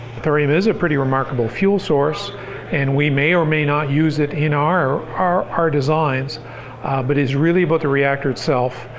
thorium is a pretty remarkable fuel source and we may, or may not, use it in our our designs but it's really about the reactor itself,